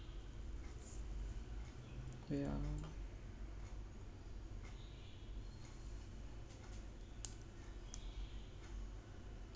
ya